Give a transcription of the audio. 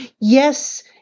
Yes